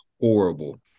horrible